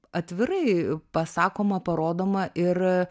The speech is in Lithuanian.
atvirai pasakoma parodoma ir